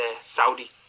Saudi